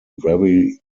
very